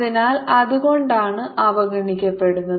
അതിനാൽ അതുകൊണ്ടാണ് അവഗണിക്കപ്പെടുന്നത്